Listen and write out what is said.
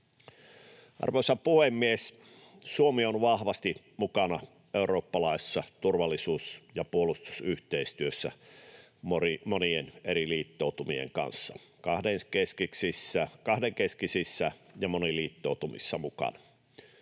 Arvoisa puhemies! Suomi on vahvasti mukana eurooppalaisessa turvallisuus- ja puolustusyhteistyössä monien eri liittoutumien kanssa, mukana kahdenkeskisissä ja moniliittoutumissa: